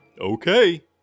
Okay